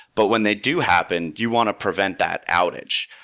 but when they do happen, you want to prevent that outage.